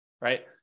Right